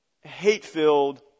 hate-filled